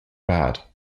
bad